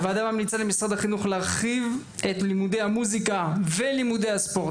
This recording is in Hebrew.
הוועדה ממליצה למשרד החינוך להרחיב את לימודי המוסיקה ולימודי הספורט